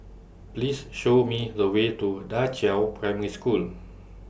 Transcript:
Please Show Me The Way to DA Qiao Primary School